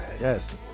Yes